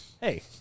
Hey